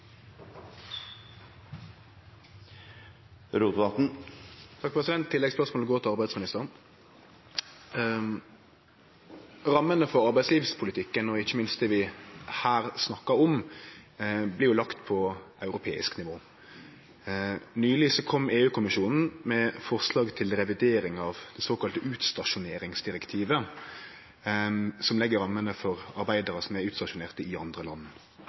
går til arbeidsministeren. Rammene for arbeidslivspolitikken, og ikkje minst det vi her snakkar om, blir lagde på europeisk nivå. Nyleg kom EU-kommisjonen med forslag til revidering av det såkalla utstasjoneringsdirektivet som legg rammene for arbeidarar som er utstasjonerte i andre land,